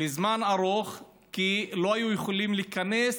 לזמן ארוך כי לא היו יכולים להיכנס,